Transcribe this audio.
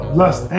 lust